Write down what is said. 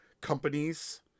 companies